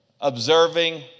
observing